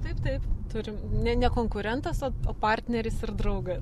taip taip turim ne ne konkurentas o o partneris ir draugas